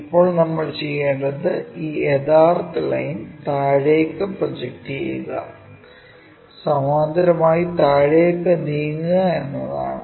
ഇപ്പോൾ നമ്മൾ ചെയ്യേണ്ടത് ഈ യഥാർത്ഥ ലൈൻ താഴേയ്ക്ക് പ്രൊജക്റ്റുചെയ്യുക സമാന്തരമായി താഴേക്ക് നീങ്ങുക എന്നതാണ്